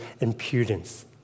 impudence